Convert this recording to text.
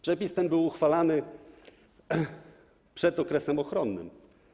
Przepis ten był uchwalany przed okresem ochronnym.